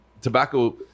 tobacco